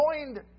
Joined